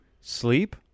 sleep